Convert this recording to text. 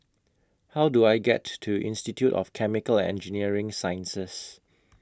How Do I get to Institute of Chemical Engineering Sciences